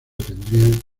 tendrían